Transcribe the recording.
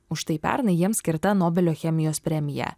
už tai pernai jiems skirta nobelio chemijos premija